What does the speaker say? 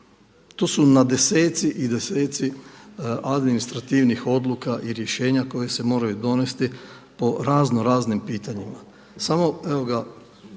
to su deseci i deseci administrativnih odluka i rješenja koje se moraju donesti po raznoraznim pitanjima.